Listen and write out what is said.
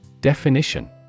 Definition